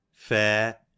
fair